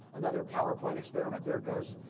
another powerpoint experiment. there it goes.